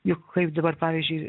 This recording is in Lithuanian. juk kaip dabar pavyzdžiui